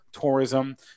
tourism